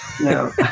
No